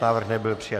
Návrh nebyl přijat.